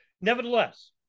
Nevertheless